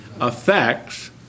affects